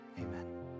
Amen